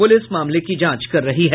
police मामले की जांच कर रही है